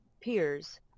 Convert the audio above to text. peers